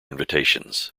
invitations